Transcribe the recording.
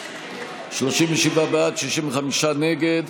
חבריי חברי הכנסת, ערב טוב ולילה טוב לכולם.